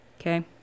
Okay